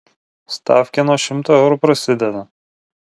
stafkė nuo šimto eurų prasideda